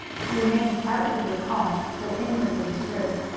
he remained outwardly calm, though inwardly disturbed.